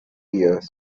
years